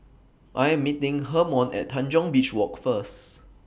I Am meeting Hermon At Tanjong Beach Walk First